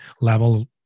level